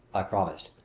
i promised.